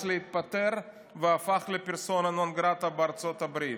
להתפטר והפך לפרסונה נון גרטה בארצות הברית.